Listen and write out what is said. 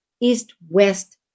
East-West